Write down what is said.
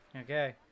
Okay